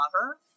lover